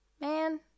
Man